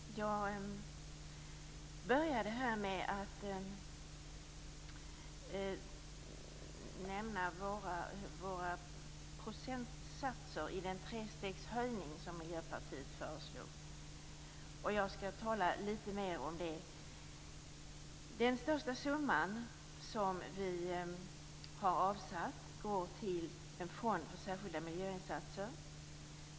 Fru talman! Jag började detta med att nämna våra procentsatser i den trestegshöjning som Miljöpartiet föreslog. Jag skall tala litet mer om det. Den största summan som vi har avsatt går till en fond för särskilda miljöinsatser.